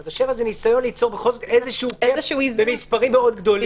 אז ה-7 זה ניסיון ליצור בכל זאת איזשהו קאפ במספרים מאוד גדולים.